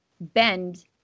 bend